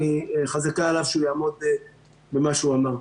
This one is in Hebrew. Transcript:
חזקה עליו שהוא יעמוד במה שהוא אמר.